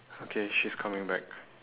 okay she's coming back